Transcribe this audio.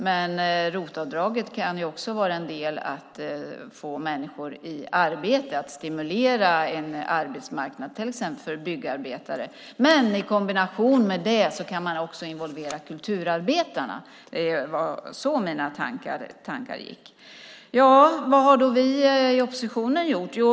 Men ROT-avdraget kan också vara en del i att få människor i arbete, att stimulera en arbetsmarknad för till exempel byggnadsarbetare. I kombination med det kan man också involvera kulturarbetarna. Det var så mina tankar gick. Vad har då vi i oppositionen gjort?